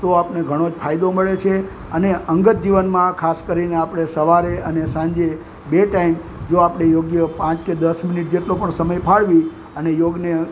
તો આપણને ઘણો ફાયદો મળે છે અને અંગત જીવનમાં ખાસ કરીને આપણે સવારે અને સાંજે બે ટાઈમ જો આપણે યોગ્ય પાંચ કે દસ મિનિટ જેટલો સમય ફાળવી અને યોગને